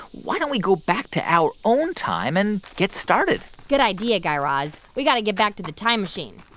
why don't we go back to our own time and get started? good idea, guy raz. we got to get back to the time machine.